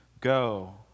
Go